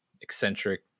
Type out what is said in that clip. eccentric